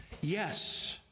Yes